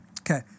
Okay